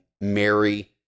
Mary